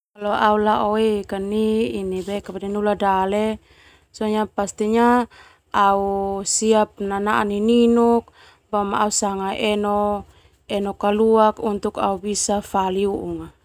Au lao ek nai nula dale au siap nanaa ninuk boma au sanga enok kaluak untuk au fali.